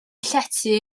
llety